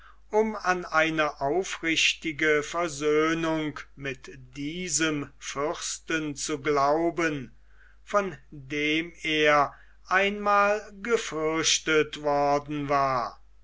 um an eine aufrichtige versöhnung mit diesem fürsten zu glauben von dem er einmal gefürchtet worden war